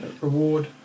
reward